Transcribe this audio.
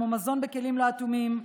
כמו מזון בכלים לא אטומים,